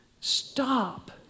Stop